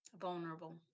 vulnerable